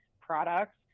products